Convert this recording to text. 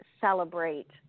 celebrate